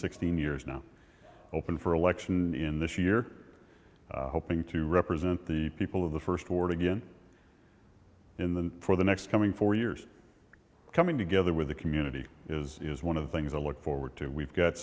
sixteen years now open for election in this year hoping to represent the people of the first ward again in the for the next coming four years coming together with the community is one of the things i look forward to we've got